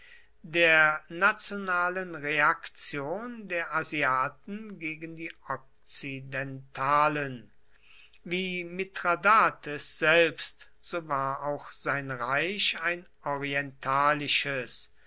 der nationalen reaktion der asiaten gegen die okzidentalen wie mithradates selbst so war auch sein reich ein orientalisches